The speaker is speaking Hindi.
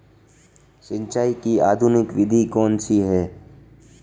सिंचाई की आधुनिक विधि कौनसी हैं?